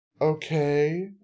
okay